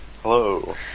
Hello